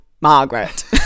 Margaret